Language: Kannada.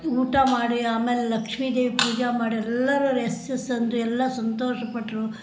ಊಟ ಮಾಡಿ ಆಮೇಲೆ ಲಕ್ಷ್ಮೀದೇವಿ ಪೂಜೆ ಮಾಡಿ ಎಲ್ಲರೂ ಎಸ್ ಎಸ್ ಅಂದರು ಎಲ್ಲ ಸಂತೋಷಪಟ್ಟರು